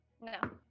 no